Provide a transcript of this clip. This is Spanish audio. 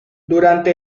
durante